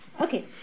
okay